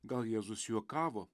gal jėzus juokavo